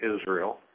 Israel